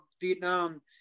Vietnam